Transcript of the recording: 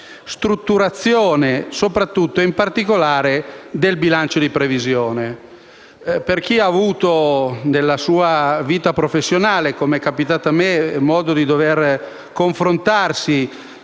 strutturazione, in particolare, del bilancio di previsione. Per chi ha avuto, nella sua vita professionale (come è capitato a me), modo di confrontarsi